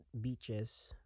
beaches